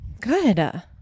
Good